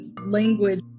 language